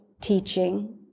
teaching